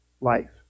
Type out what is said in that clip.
life